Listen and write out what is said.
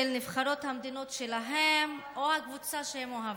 נבחרות המדינות שלהם או של הקבוצה שהם אוהבים.